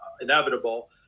inevitable